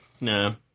no